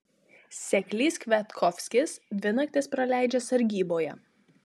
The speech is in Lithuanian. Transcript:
seklys kviatkovskis dvi naktis praleidžia sargyboje